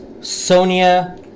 Sonia